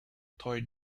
toy